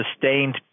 sustained